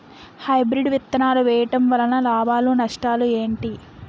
Hybrid విత్తనాలు వేయటం వలన లాభాలు నష్టాలు ఏంటి?